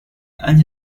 and